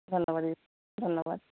ধন্যবাদ দিদি ধন্যবাদ